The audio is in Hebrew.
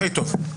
הכי טוב.